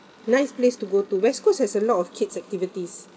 nice place to go to west coast has a lot of kids activities